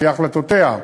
לפי החלטותיה,